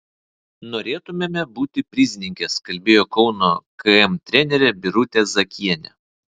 norėtumėme būti prizininkės kalbėjo kauno km trenerė birutė zakienė